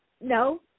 No